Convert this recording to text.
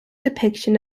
depiction